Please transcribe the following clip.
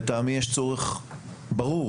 לטעמי יש צורך ברור,